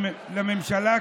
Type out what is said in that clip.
הממשלה,